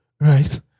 Right